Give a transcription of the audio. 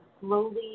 slowly